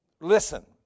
Listen